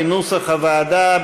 כנוסח הוועדה,